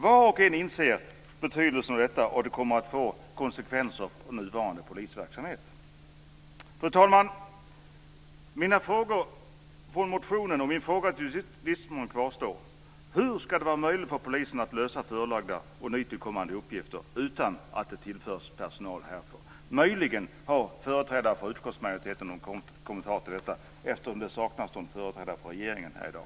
Var och en inser betydelsen av detta och vad det kommer att få för konsekvenser för nuvarande polisverksamhet. Fru talman! Mina frågor från motionen och min fråga till justitieministern kvarstår: Hur ska det bli möjligt för polisen att lösa förelagda nytillkommande uppgifter utan att det tillförs personal härför? Möjligen har företrädarna för utskottsmajoriteten någon kommentar till detta, eftersom regeringen saknar företrädare här i dag.